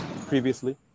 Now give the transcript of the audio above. previously